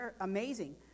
amazing